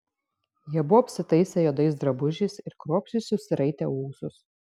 jie buvo apsitaisę juodais drabužiais ir kruopščiai susiraitę ūsus